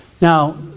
Now